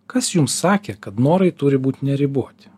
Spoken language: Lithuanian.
kas jums sakė kad norai turi būt neriboti